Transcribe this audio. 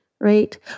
right